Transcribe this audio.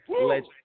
Legend